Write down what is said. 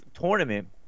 tournament